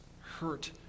hurt